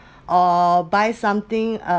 or buy something uh